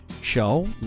show